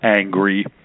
angry